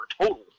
total